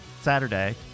Saturday